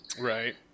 Right